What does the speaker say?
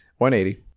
180